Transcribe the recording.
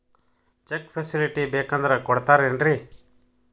Check facility ಬೇಕಂದ್ರ ಕೊಡ್ತಾರೇನ್ರಿ?